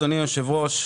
אדוני היושב-ראש,